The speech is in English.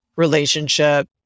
relationship